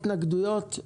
התנגדויות?